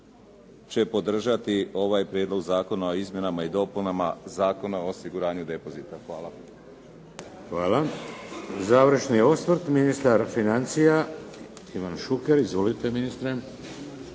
će podržati ovaj Prijedlog zakona o izmjenama i dopunama Zakona o osiguranju depozita. Hvala. **Šeks, Vladimir (HDZ)** Hvala. Završni osvrt, ministar financija Ivan Šuker. Izvolite ministre.